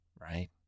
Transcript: right